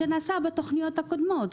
שנעשה בתוכניות הקודמות.